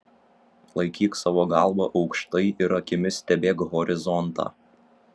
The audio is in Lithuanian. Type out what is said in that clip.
laikyk savo galvą aukštai ir akimis stebėk horizontą